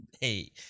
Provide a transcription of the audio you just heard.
hey